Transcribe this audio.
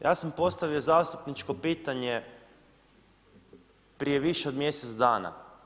Ja sam postavio zastupničko pitanje prije više od mjesec dana.